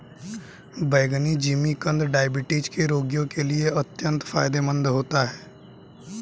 बैंगनी जिमीकंद डायबिटीज के रोगियों के लिए अत्यंत फायदेमंद होता है